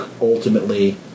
ultimately